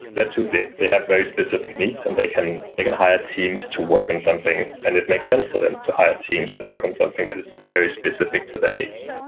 they're too big. they have very specific needs and they can they can hire teams to work on something, and it makes sense for them to hire teams that work on something that is very specific to their needs.